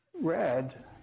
red